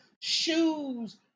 shoes